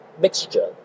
mixture